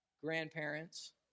grandparents